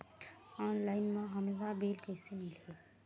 Online म हमला bill कइसे मिलही?